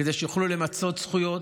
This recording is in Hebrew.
כדי שיוכלו למצות זכויות,